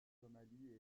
somalie